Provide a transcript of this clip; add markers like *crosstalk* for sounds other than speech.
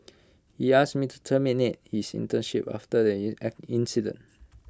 he ask me to terminate his internship after the *unintelligible* incident